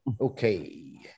Okay